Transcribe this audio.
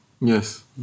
Yes